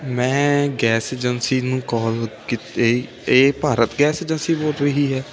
ਮੈਂ gas agency ਨੂੰ call ਕੀਤੀ ਇਹ ਭਾਰਤ ਗੈਸ ਏਜੰਸੀ ਬੋਲ ਰਹੀ ਹੈ